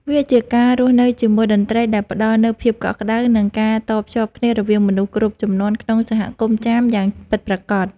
វាជាការរស់នៅជាមួយតន្ត្រីដែលផ្តល់នូវភាពកក់ក្តៅ និងការតភ្ជាប់គ្នារវាងមនុស្សគ្រប់ជំនាន់ក្នុងសហគមន៍ចាមយ៉ាងពិតប្រាកដ។